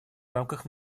рамках